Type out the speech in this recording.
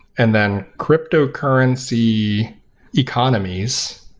and then cryptocurrency economies,